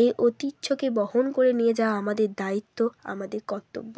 এই ঐতিহ্যকে বহন করে নিয়ে যাওয়া আমাদের দায়িত্ব আমাদের কর্তব্য